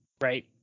Right